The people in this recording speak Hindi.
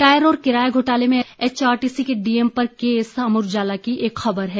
टायर और किराया घोटाले में एचआरटीसी के डीएम पर केस अमर उजाला की एक अन्य खबर है